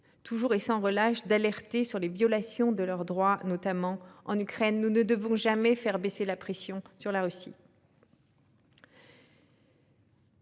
toujours et sans relâche, d'alerter sur les violations de leurs droits, notamment en Ukraine. Nous ne devons jamais faire baisser la pression sur la Russie